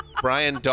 Brian